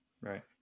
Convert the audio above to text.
right